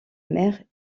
mer